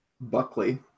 Buckley